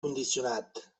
condicionat